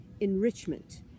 enrichment